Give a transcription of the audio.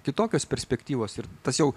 kitokios perspektyvos ir tas jau